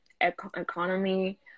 economy